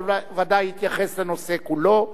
אבל הוא ודאי יתייחס לנושא כולו.